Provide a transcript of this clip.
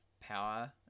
power